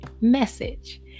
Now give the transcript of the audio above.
message